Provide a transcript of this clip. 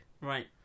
Right